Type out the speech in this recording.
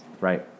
Right